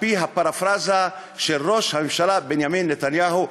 בפרפראזה על ראש הממשלה בנימין נתניהו,